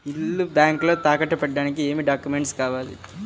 ఇల్లు బ్యాంకులో తాకట్టు పెట్టడానికి ఏమి డాక్యూమెంట్స్ కావాలి?